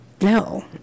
No